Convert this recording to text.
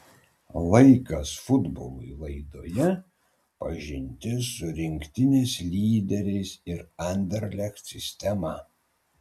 laikas futbolui laidoje pažintis su rinktinės lyderiais ir anderlecht sistema